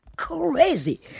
Crazy